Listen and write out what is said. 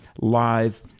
live